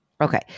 Okay